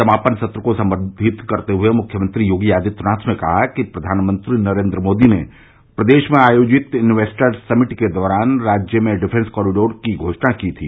समापन सत्र को संबोवित करते हुए मुख्यमंत्री योगी आदित्यनाथ ने कहा कि प्रधानमंत्री नरेन्द्र मोदी ने प्रदेश में आयोजित इंवेस्टर समिट के दौरान राज्य में डिफ्रेंस कॉरिडोर की घोषणा की थी